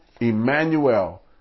Emmanuel